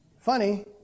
Funny